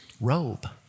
robe